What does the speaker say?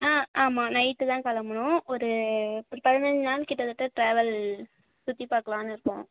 ஆ ஆமாம் நைட்டு தான் கிளம்பணும் ஒரு ஒரு பதினைஞ்சு நாள் கிட்டத்தட்ட ட்ராவல் சுற்றி பார்க்கலான்னு இருக்கோம்